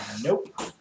Nope